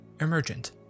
Emergent